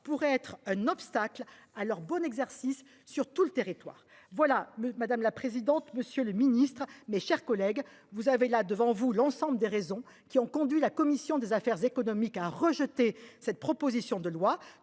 pourrait être un obstacle à leur bonne exercice sur tout le territoire. Voilà, madame la présidente. Monsieur le Ministre, mes chers collègues, vous avez là devant vous. L'ensemble des raisons qui ont conduit la commission des affaires économiques a rejeté cette proposition de loi